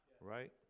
Right